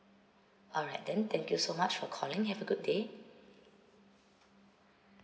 alright then thank you so much for calling have a good day